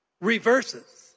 Reverses